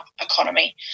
economy